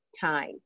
time